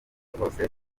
bose